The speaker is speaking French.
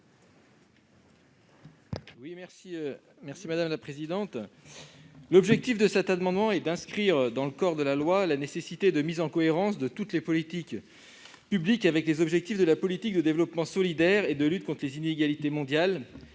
à M. Guillaume Gontard. L'objectif de cet amendement est d'inscrire dans le corps de la loi la nécessité d'une mise en cohérence de toutes les politiques publiques avec les objectifs de la politique de développement solidaire et de lutte contre les inégalités mondiales,